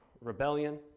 rebellion